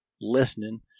listening